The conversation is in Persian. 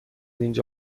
اینجا